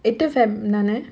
எட்டு:ettu feb தான:thaana